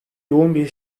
yoğun